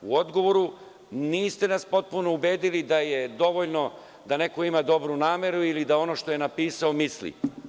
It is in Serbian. U odgovoru nas niste potpuno ubedili da je dovoljno da neko ima dobru nameru ili da je ono što je napisao misli.